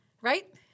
Right